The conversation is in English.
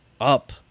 up